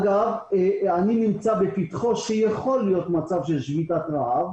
אגב, אני נמצא בפתח מצב שיכולה להיות שביתת רעב.